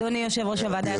אדוני יושב ראש הוועדה,